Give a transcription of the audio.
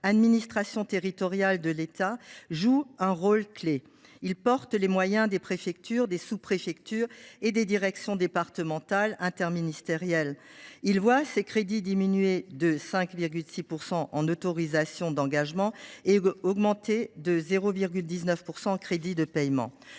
« Administration territoriale de l’État » joue un rôle clé. Il retrace les moyens des préfectures, des sous préfectures et des directions départementales interministérielles (DDI). Ses crédits diminuent de 5,6 % en autorisations d’engagement et augmentent de 0,19 % en crédits de paiement.